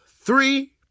three